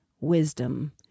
wisdom